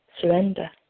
surrender